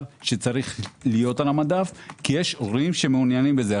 שצריך להיות על המדף כי יש הורים שמעוניינים בזה.